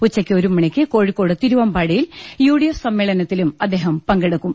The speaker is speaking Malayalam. ഉച്ചയ്ക്ക് ഒരു മണിക്ക് കോഴിക്കോട് തിരുവമ്പാടി യിൽ യു ഡി എഫ് സമ്മേളനത്തിലും അദ്ദേഹം പങ്കെടുക്കും